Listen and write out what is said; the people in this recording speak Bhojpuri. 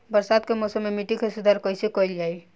बरसात के मौसम में मिट्टी के सुधार कइसे कइल जाई?